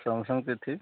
Samsung की थी